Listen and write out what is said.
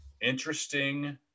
interesting